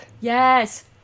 Yes